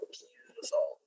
beautiful